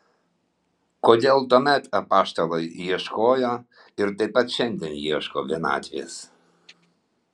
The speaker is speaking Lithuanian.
kodėl tuomet apaštalai ieškojo ir taip pat šiandien ieško vienatvės